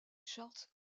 charts